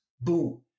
boom